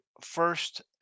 first